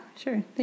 sure